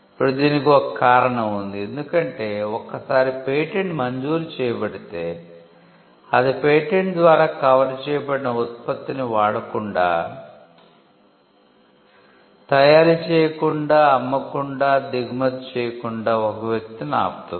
ఇప్పుడు దీనికి ఒక కారణం ఉంది ఎందుకంటే ఒక్క సారి పేటెంట్ మంజూరు చేయబడితే అది పేటెంట్ ద్వారా కవర్ చేయబడిన ఉత్పత్తిని వాడకుండా తయారీ చేయకుండా అమ్మకుండా దిగుమతి చేయకుండా ఒక వ్యక్తిని ఆపుతుంది